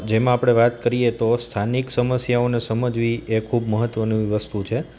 જેમ આપણે વાત કરીએ તો સ્થાનિક સમસ્યાઓને સમજવી એ ખૂબ મહત્ત્વની વસ્તુ છે